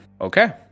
Okay